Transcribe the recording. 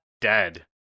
dead